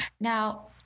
Now